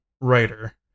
writer